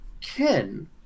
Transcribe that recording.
Ken